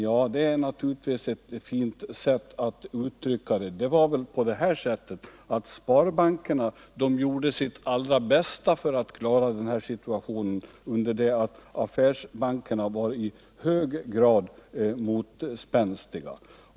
Ja, det är naturligtvis ett fint sätt att uttrycka saken. Det var väl så att sparbankerna gjorde sitt allra bästa för att klara situationen, under det att affärsbankerna var i hög grad motspänstiga.